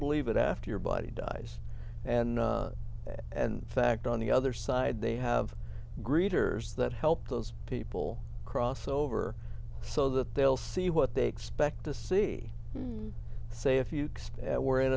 believe it after your body dies and fact on the other side they have greeters that help those people cross over so that they'll see what they expect to see and say if you were in